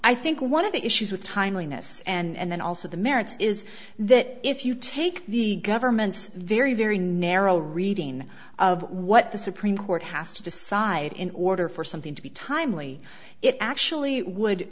i think one of the issues with timeliness and then also the merits is that if you take the government's very very narrow reading of what the supreme court has to decide in order for something to be timely it actually would